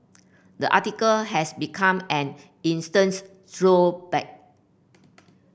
the article has become an instance troll bait